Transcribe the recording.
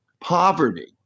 Poverty